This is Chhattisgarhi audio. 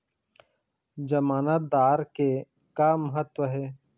जमानतदार के का महत्व हे?